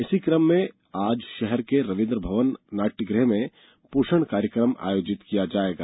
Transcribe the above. इसी कम में आज शहर के रवीन्द्र नाट्य गृह में पोषण कार्यक्रम आयोजित किया जाएगा